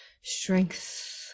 strength